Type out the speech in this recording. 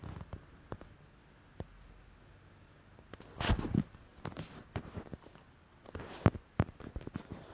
err எப்படி சொல்றது:eppadi solrathu like strums or like notes that we have to remember and once you remember that you can play almost anything